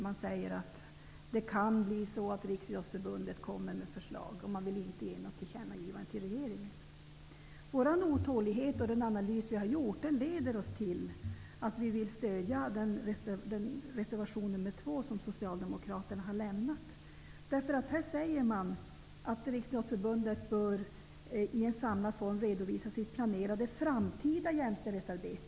Man säger att det kan bli så att Riksidrottsförbundet kommer med förslag och att man inte vill ge något tillkännagivande till regeringen. Vår otålighet och den analys vi har gjort leder oss till att vi vill stödja reservation nr 2 från Socialdemokraterna. Där sägs att Riksidrottsförbundet i en samlad form bör redovisa sitt planerade framtida jämställdhetsarbete.